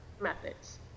methods